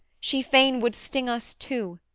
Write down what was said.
she fain would sting us too,